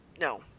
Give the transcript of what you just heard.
no